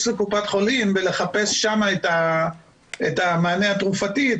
לקופת חולים ולחפש שם את המענה התרופתי,